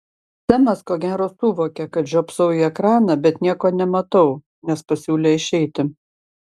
semas ko gero suvokė kad žiopsau į ekraną bet nieko nematau nes pasiūlė išeiti